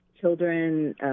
children